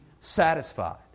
satisfied